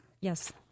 yes